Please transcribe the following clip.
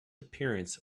appearance